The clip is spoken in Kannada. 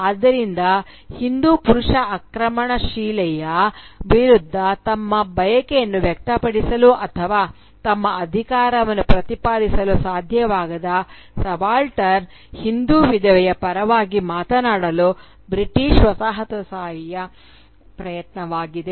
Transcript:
ಆದ್ದರಿಂದ ಹಿಂದೂ ಪುರುಷ ಆಕ್ರಮಣಶೀಲತೆಯ ವಿರುದ್ಧ ತಮ್ಮ ಬಯಕೆಯನ್ನು ವ್ಯಕ್ತಪಡಿಸಲು ಅಥವಾ ತಮ್ಮ ಅಧಿಕಾರವನ್ನು ಪ್ರತಿಪಾದಿಸಲು ಸಾಧ್ಯವಾಗದ ಸಬಾಲ್ಟರ್ನ್ ಹಿಂದೂ ವಿಧವೆಯ ಪರವಾಗಿ ಮಾತನಾಡಲು ಬ್ರಿಟಿಷ್ ವಸಾಹತುಶಾಹಿಯ ಪ್ರಯತ್ನವಾಗಿದೆ